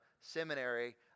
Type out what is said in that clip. seminary